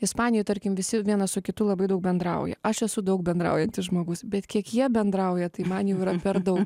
ispanijoj tarkim visi vienas su kitu labai daug bendrauja aš esu daug bendraujantis žmogus bet kiek jie bendrauja tai man jau yra per daug